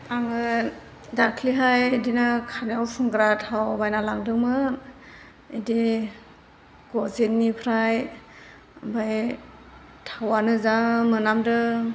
आङो दाख्लैहाय बेदिनो खानायाव फुनग्रा थाव बायना लांदोंमोन बेदि गजेननिफ्राय ओमफाय थावआनो जा मोनामदों